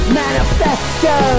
manifesto